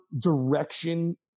direction